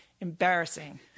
embarrassing